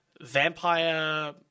vampire